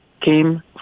came